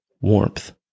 Warmth